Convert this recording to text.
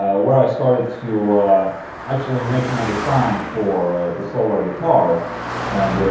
ah where i started to actually make my design for the solar guitar and.